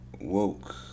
woke